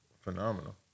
phenomenal